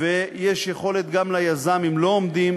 ויש יכולת גם ליזם, אם לא עומדים